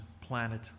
planet